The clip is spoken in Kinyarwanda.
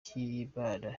cy’imana